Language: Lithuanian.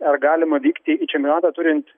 ar galima vykti į čempionatą turint